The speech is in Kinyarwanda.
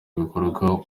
ibikorwa